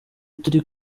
turi